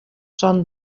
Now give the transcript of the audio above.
són